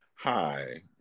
hi